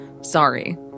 sorry